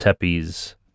Tepe's